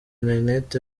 internet